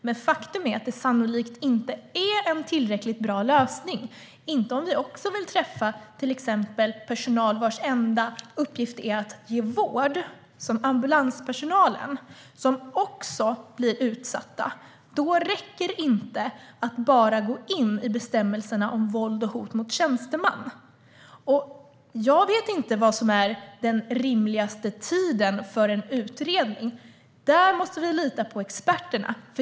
Men faktum är att det sannolikt inte är en tillräckligt bra lösning - inte om vi också vill omfatta till exempel personal vars enda uppgift är att ge vård, som ambulanspersonal, som också blir utsatt. Då räcker det inte att bara gå in i bestämmelserna om våld och hot mot tjänsteman. Jag vet inte vad som är den rimligaste tiden för en utredning. Där måste vi lita på experterna.